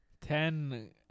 Ten